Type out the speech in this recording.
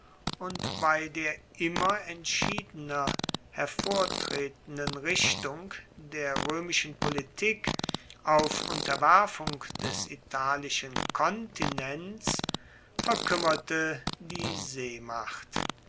und bei der immer entschiedener hervortretenden richtung der roemischen politik auf unterwerfung des italischen kontinents verkuemmerte die seemacht